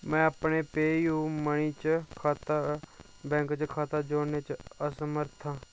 में अपने PayU money खाता बैंक च खाता जोड़ने च असमर्थ आं